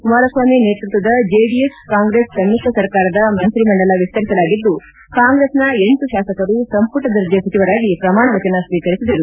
ಕುಮಾರಸ್ವಾಮಿ ನೇತೃತ್ವದ JDS Congress ಸಮಿತ್ರ ಸರ್ಕಾರದ ಮಂತ್ರಿಮಂಡಲ ವಿಸ್ತರಿಸಲಾಗಿದ್ದು ಕಾಂಗ್ರೆಸ್ನ ಎಂಟು ಶಾಸಕರು ಸಂಪುಟ ದರ್ಜೆ ಸಚಿವರಾಗಿ ಪ್ರಮಾಣ ವಚನ ಸ್ವೀಕರಿಸಿದರು